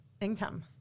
income